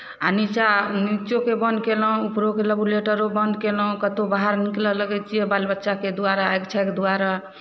आ नीचाँ निच्चोके बन्द कयलहुँ ऊपरोके रेगुलेटरो बन्द कयलहुँ कतहु बाहर निकलय लगै छियै बाल बच्चाके दुआरा आगि छागि दुआरा